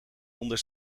onder